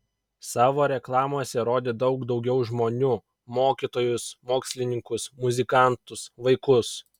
savo reklamose rodė daug daugiau žmonių mokytojus mokslininkus muzikantus vaikus